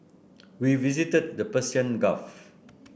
We visited the Persian Gulf